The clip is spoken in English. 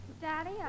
Daddy